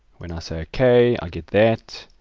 when i say ok i get that.